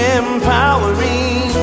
empowering